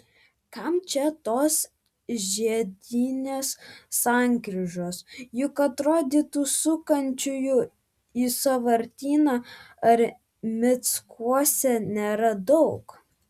kam čia tos žiedinės sankryžos juk atrodytų sukančiųjų į sąvartyną ar mickuose nėra daug